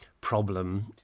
problem